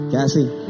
Cassie